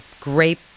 grape